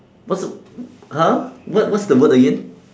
what's the !huh! what what's the word again